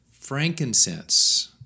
Frankincense